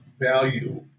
value